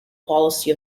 policy